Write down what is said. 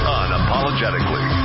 unapologetically